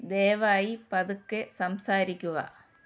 ദയവായി പതുക്കെ സംസാരിക്കുക